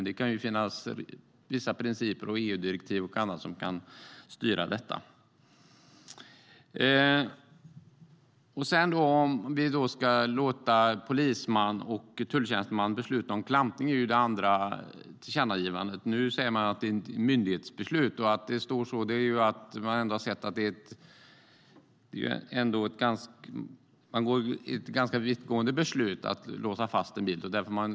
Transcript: Det kan finnas vissa principer, EU-direktiv och annat, som kan styra detta. Det andra tillkännagivandet gäller om vi ska låta polisman och tulltjänsteman besluta om klampning. Man säger att det är ett myndighetsbeslut. Det står så eftersom det är ett ganska vittgående beslut att låsa fast en bil.